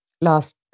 last